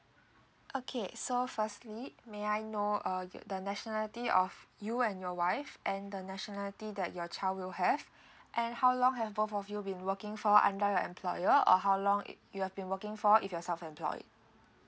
okay so firstly may I know uh the nationality of you and your wife and the nationality that your child will have and how long have both of you been working for under your employer or how long it you have been working for if your self employed